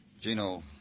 Gino